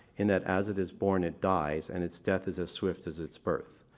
in that as it is born it dies and its death is as swift as its birth.